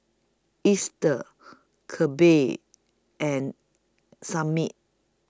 Easter Kelby and Samit